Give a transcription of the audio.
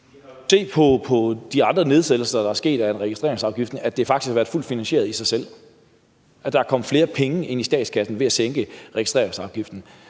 Vi har jo set på de andre nedsættelser, der er sket i forhold til registreringsafgiften, at det faktisk har været fuldt finansieret i sig selv, altså at der er kommet flere penge ind i statskassen ved at sænke registreringsafgiften.